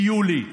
מיולי,